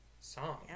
song